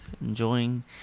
enjoying